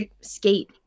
skate